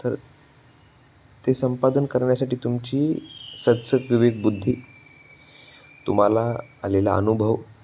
तर ते संपादन करण्यासाठी तुमची सद्सद्विवेक बुद्धी तुम्हाला आलेला अनुभव